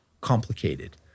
complicated